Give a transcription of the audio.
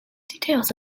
details